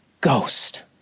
ghost